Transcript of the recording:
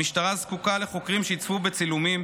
המשטרה זקוקה לחוקרים שיצפו בצילומים,